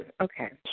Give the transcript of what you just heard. okay